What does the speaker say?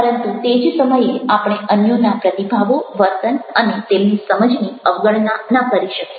પરંતુ તે જ સમયે આપણે અન્યોના પ્રતિભાવો વર્તન અને તેમની સમજની અવગણના ન કરી શકીએ